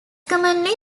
commonly